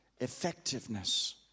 effectiveness